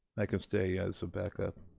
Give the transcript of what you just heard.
i can stay as a backup.